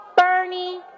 Bernie